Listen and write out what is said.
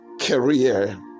career